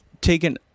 taken